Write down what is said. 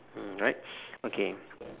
mm right okay